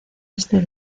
este